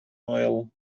oil